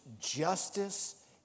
justice